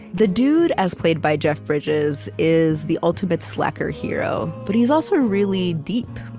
the dude, as played by jeff bridges, is the ultimate slacker hero. but he's also really deep.